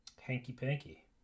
Hanky-panky